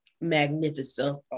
magnificent